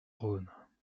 rhône